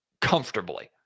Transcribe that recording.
comfortably